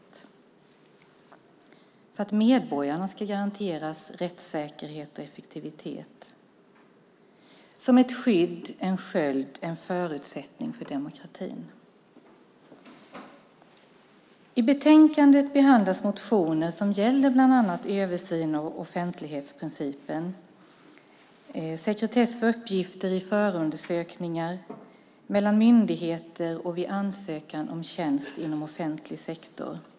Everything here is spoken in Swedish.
Detta är till för att medborgarna ska garanteras rättssäkerhet och effektivitet. Det ska vara ett skydd, en sköld och en förutsättning för demokratin. I betänkandet behandlas motioner som gäller bland annat översyn av offentlighetsprincipen och sekretess för uppgifter i förundersökningar, mellan myndigheter och vid ansökan av tjänst inom offentlig sektor.